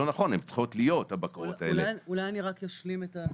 אני אשלים את הדברים,